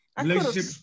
Relationship